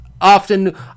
often